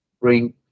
bring